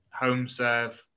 HomeServe